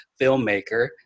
filmmaker